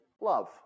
love